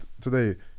today